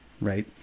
right